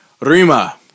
Rima